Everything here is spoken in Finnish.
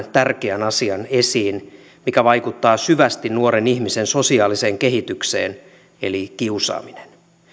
tärkeän asian esiin mikä vaikuttaa syvästi nuoren ihmisen sosiaaliseen kehitykseen eli kiusaaminen